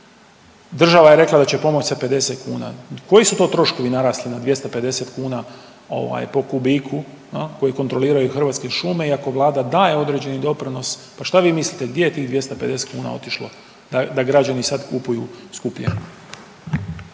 država je rekla da će pomoć sa 50 kuna. Koji su to troškovi narasli na 250 kuna po kubiku koji kontroliraju Hrvatske šume i ako vlada daje određeni doprinos pa šta vi mislite gdje je tih 250 kuna otišlo da građani sad kupuju skuplje?